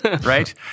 right